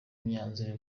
myanzuro